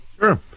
Sure